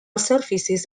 services